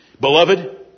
Beloved